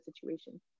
situation